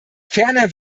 ferner